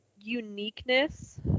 uniqueness